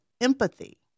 empathy